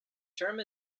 term